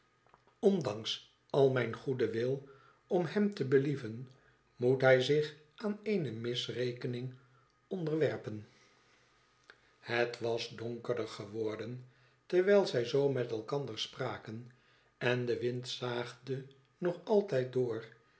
ondanks al mijn goeden wil om hem te believen moet hij zich aan eene misrekening onderwerpen het was donkerder geworden terwijl zij zoo met elkander spraken en de wind zaagde nog sdtijd door